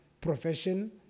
profession